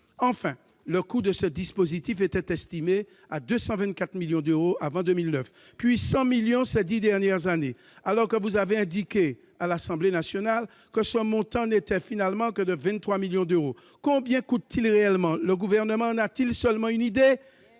Enfin, le coût de ce dispositif était estimé à 224 millions d'euros avant 2009, puis à 100 millions d'euros ces dix dernières années, alors que vous avez indiqué à l'Assemblée nationale que ce montant n'était finalement que de 23 millions d'euros. Combien coûte-t-il réellement ? Le Gouvernement en a-t-il seulement une idée ?